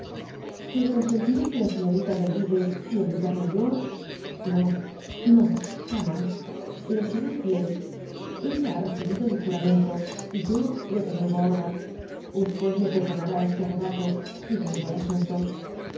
que consentiré que la señorita me oiyide y olvidarla yo no no jamas le seré fiel elk ha recibido mi juramento y yo le renuevo ahora me perdonará este arrebato y vuelvo al asimto